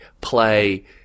play